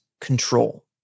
control